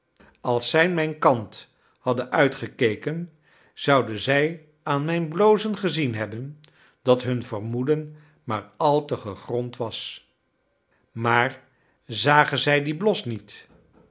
als zij mijn kant hadden uitgekeken zouden zij aan mijn blozen gezien hebben dat hun vermoeden maar al te gegrond was maar zagen zij dien blos niet